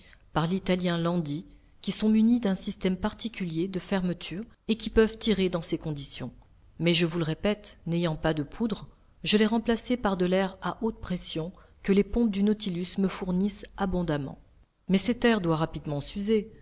par l'italien landi qui sont munis d'un système particulier de fermeture et qui peuvent tirer dans ces conditions mais je vous le répète n'ayant pas de poudre je l'ai remplacée par de l'air à haute pression que les pompes du nautilus me fournissent abondamment mais cet air doit rapidement s'user